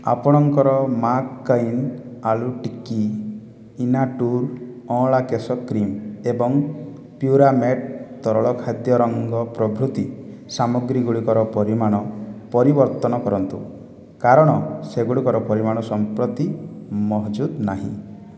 ଆପଣଙ୍କର McCain aloo tikki ଇନାଟୁର ଅଁଳା କେଶ କ୍ରିମ୍ ଏବଂ ପ୍ୟୁରାମେଟ୍ ତରଳ ଖାଦ୍ୟ ରଙ୍ଗ ପ୍ରଭୃତି ସାମଗ୍ରୀ ଗୁଡ଼ିକର ପରିମାଣ ପରିବର୍ତ୍ତନ କରନ୍ତୁ କାରଣ ସେଗୁଡ଼ିକର ପରିମାଣ ସମ୍ପ୍ରତି ମହଜୁଦ୍ ନାହିଁ